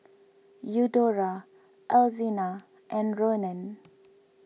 Eudora Alzina and Ronan